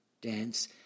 dance